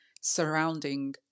surrounding